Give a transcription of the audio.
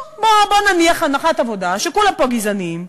בואו נניח הנחת עבודה שכולם פה גזענים,